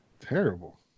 terrible